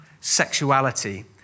sexuality